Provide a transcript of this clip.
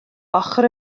ochr